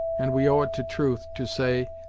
and we owe it to truth, to say,